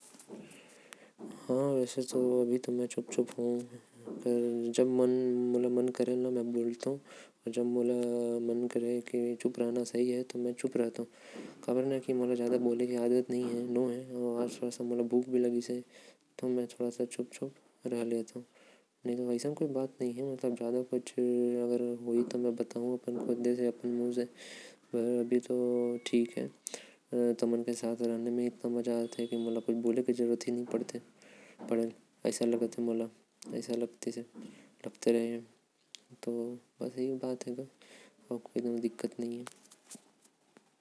आज मोके कुछ बोले के मन नही है। एकर बर में चुप हो। ऐसा नही है, मोर मन करेल तो में बोलथो। नही लगेल तो में नही बोलथो। आज मोके थोड़ा भूख भी लागत है एकर बर में चुप हो। लेकिन तुमन के संघे मोके इतना मज़ा आता हवे। की मोके कुछ बोले के जरूरत ही नही है।